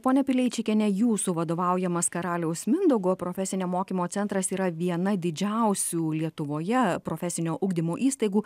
ponia pileičikiene jūsų vadovaujamas karaliaus mindaugo profesinio mokymo centras yra viena didžiausių lietuvoje profesinio ugdymo įstaigų